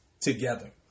together